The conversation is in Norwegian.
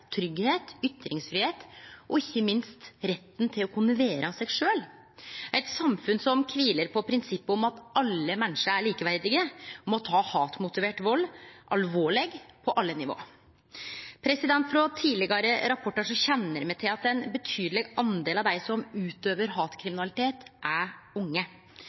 og ikkje minst retten til å kunne vere seg sjølv ramma. Eit samfunn som kviler på prinsippet om at alle menneske er likeverdige, må ta hatmotivert vald alvorleg på alle nivå. Frå tidlegare rapportar kjenner me til at ein betydeleg del av dei som utøver hatkriminalitet, er unge.